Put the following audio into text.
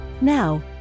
Now